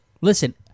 Listen